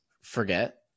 forget